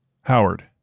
Howard